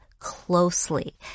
closely